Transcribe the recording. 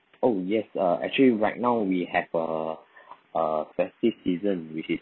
oh yes uh actually right now we have a a festive season which is